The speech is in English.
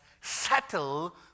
settle